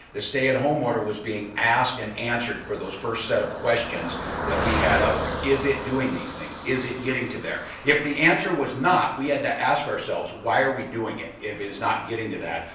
the stay at home order was being asked and answered for those first set of questions that we had up there. is it doing these things, is it getting to there. if the answer was not, we had to ask ourselves why are we doing it if it's not getting to that.